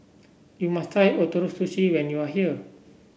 you must try Ootoro Sushi when you are here